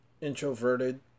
introverted